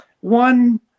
one